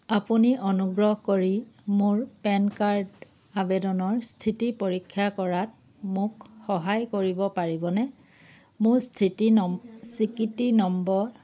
আপুনি অনুগ্ৰহ কৰি মোৰ পেন কাৰ্ড আবেদনৰ স্থিতি পৰীক্ষা কৰাত মোক সহায় কৰিব পাৰিবনে মোৰ স্থিতি স্বীকৃতি নম্বৰ